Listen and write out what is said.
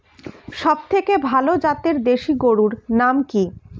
সবথেকে ভালো জাতের দেশি গরুর নাম কি?